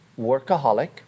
workaholic